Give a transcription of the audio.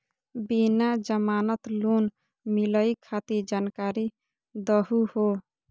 बिना जमानत लोन मिलई खातिर जानकारी दहु हो?